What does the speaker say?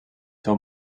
seu